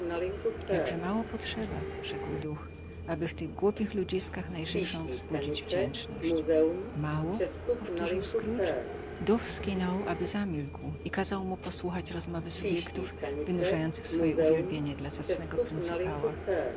jakże mało potrzeba rzekł duch aby w tych głupich ludziskach najżywszą wzbudzić wdzięczność mało powtórzył scrooge duch skinął aby zamilkł i kazał mu posłuchać rozmowy subiektów wynurzających swoje uwielbienie dla zacnego pryncypała